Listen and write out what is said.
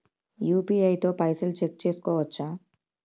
UPI తో పైసల్ check చేసుకోవచ్చా?